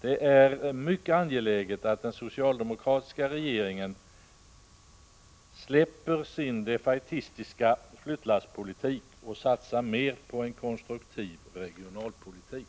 Det är mycket angeläget att den socialdemokratiska regeringen överger sin defaitistiska flyttlasspolitik och satsar mer på en konstruktiv regionalpolitik.